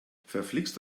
verflixt